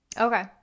Okay